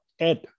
add